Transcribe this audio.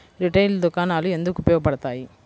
Retail దుకాణాలు ఎందుకు ఉపయోగ పడతాయి?